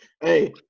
Hey